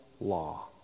law